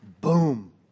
Boom